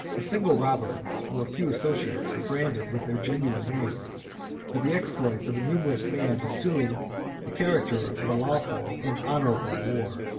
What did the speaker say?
a single robber, or a few associates, are branded with their genuine name but the exploits of a numerous band assume the character of lawful and honorable war.